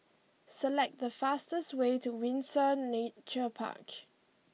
select the fastest way to Windsor Nature Park